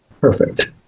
perfect